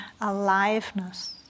aliveness